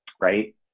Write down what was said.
right